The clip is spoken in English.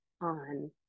on